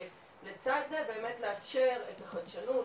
ולצד זה באמת לאפשר את החדשנות,